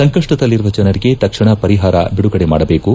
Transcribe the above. ಸಂಕಷ್ನದಲ್ಲಿರುವ ಜನರಿಗೆ ತಕ್ಷಣ ಪರಿಹಾರ ಬಿಡುಗಡೆ ಮಾಡಬೇಕು